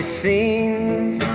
scenes